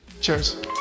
Cheers